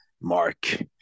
mark